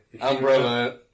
Umbrella